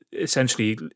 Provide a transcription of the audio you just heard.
essentially